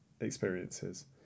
experiences